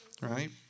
right